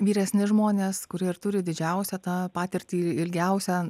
vyresni žmonės kurie ir turi didžiausią tą patirtį ilgiausią